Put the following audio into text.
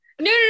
no